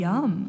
Yum